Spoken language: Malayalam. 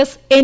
S N